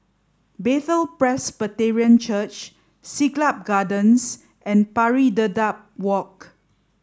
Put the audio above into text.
Bethel Presbyterian Church Siglap Gardens and Pari Dedap Walk